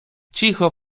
cicho